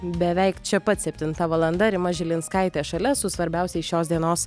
beveik čia pat septinta valanda rima žilinskaitė šalia su svarbiausiais šios dienos